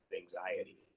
anxiety